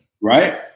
right